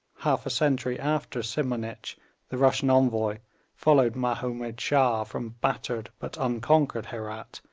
half a century after simonich the russian envoy followed mahomed shah from battered but unconquered herat,